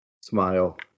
smile